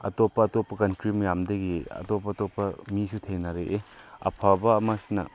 ꯑꯇꯣꯞꯄ ꯑꯇꯣꯞꯄ ꯀꯟꯇ꯭ꯔꯤ ꯃꯌꯥꯝꯗꯒꯤ ꯑꯇꯣꯞ ꯑꯇꯣꯞꯄ ꯃꯤꯁꯨ ꯊꯦꯡꯅꯔꯛꯏ ꯑꯐꯕ ꯑꯃꯁꯤꯅ